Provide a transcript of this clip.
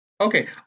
Okay